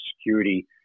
security